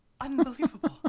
unbelievable